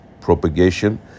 propagation